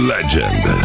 Legend